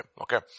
okay